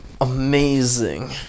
Amazing